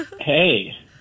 hey